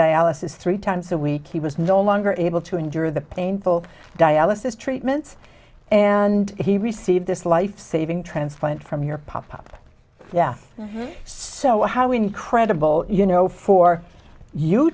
dialysis three times a week he was no longer able to endure the painful dialysis treatments and he received this life saving transplant from your pop up yeah so how we need credible you know for you